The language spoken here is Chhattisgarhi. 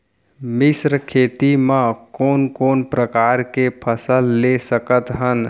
मिश्र खेती मा कोन कोन प्रकार के फसल ले सकत हन?